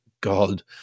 god